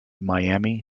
miami